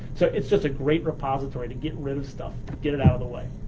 so it's just a great repository to get rid of stuff, get it out of the way.